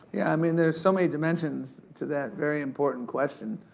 yeah, i mean, there's so many dimensions to that very important question.